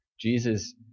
Jesus